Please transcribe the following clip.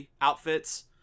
outfits